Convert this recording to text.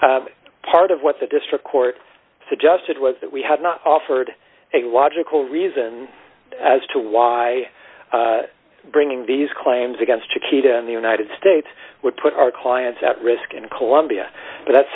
t part of what the district court suggested was that we had not offered a logical reason as to why bringing these claims against chiquita in the united states would put our clients at risk in colombia but that